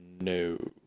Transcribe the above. No